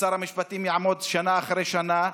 ושר המשפטים יעמוד שנה אחרי שנה,